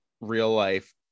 real-life